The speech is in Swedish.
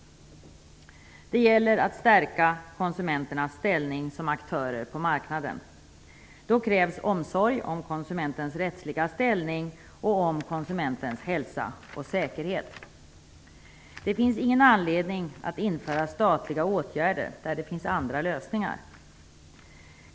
Det gäller att stärka konsumenternas ställning som aktörer på marknaden. Då krävs omsorg om konsumentens rättsliga ställning och om konsumentens hälsa och säkerhet. Det finns ingen anledning att införa statliga åtgärder där det finns andra lösningar.